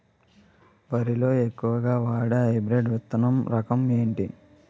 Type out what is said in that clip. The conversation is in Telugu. వరి లో ఎక్కువుగా వాడే హైబ్రిడ్ విత్తన రకం ఏంటి?